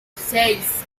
seis